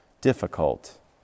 difficult